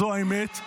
זו האמת.